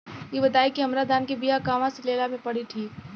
इ बताईं की हमरा धान के बिया कहवा से लेला मे ठीक पड़ी?